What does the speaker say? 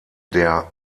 der